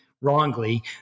wrongly